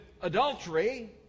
adultery